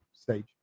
stage